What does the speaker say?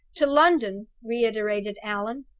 to london! reiterated allan.